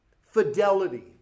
fidelity